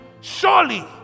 surely